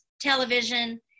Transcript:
television